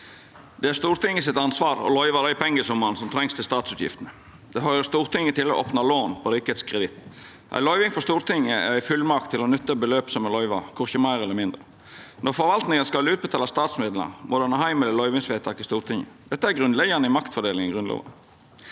Det er Stortinget sitt ansvar å løyva dei pengesummane som trengst til statsutgiftene. Det høyrer Stortinget til å opna lån på rikets kreditt. Ei løyving frå Stortinget er ei fullmakt til å nytta beløp som er løyvt – korkje meir eller mindre. Når forvaltninga skal utbetala statsmidlar, må ein ha heimel i løyvingsvedtak i Stortinget. Dette er grunnleggjande i maktfordelinga i Grunnlova.